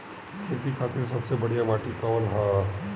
खेती खातिर सबसे बढ़िया माटी कवन ह?